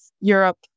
Europe